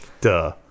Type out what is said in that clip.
Duh